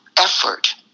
effort